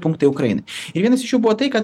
punktai ukrainai ir vienas iš jų buvo tai kad